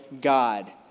God